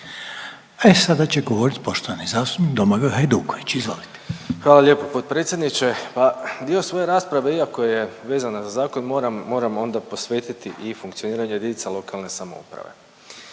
Hajduković. Izvolite. **Hajduković, Domagoj (Socijaldemokrati)** Hvala lijepo potpredsjedniče, pa dio svoje rasprave iako je vezana za zakon, moram onda posvetiti i funkcioniranju jedinica lokalne samouprave.